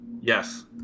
Yes